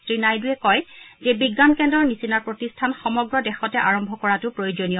শ্ৰীনাইডুৱে কয় যে বিজ্ঞান কেন্দ্ৰৰ নিচিনা প্ৰতিষ্ঠান সমগ্ৰ দেশতে আৰম্ভ কৰাটো প্ৰয়োজনীয়